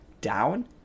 down